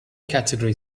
category